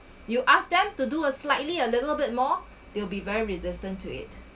you ask them to do a slightly a little bit more they will be very resistant to it